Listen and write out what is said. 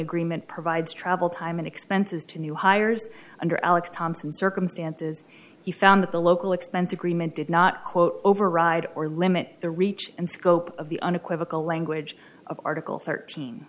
agreement provides travel time and expenses to new hires under alex thompson circumstances he found that the local expense agreement did not quote override or limit the reach and scope of the unequivocal language of article thirteen